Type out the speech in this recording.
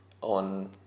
on